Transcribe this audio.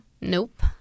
Nope